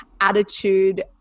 attitude